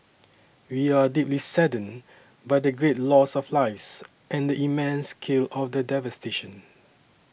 we are deeply saddened by the great loss of lives and the immense scale of the devastation